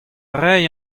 ray